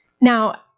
Now